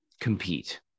compete